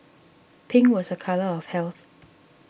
pink was a colour of health